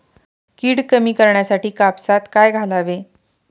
कीड कमी करण्यासाठी कापसात काय घालावे?